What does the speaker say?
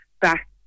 back